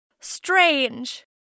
strange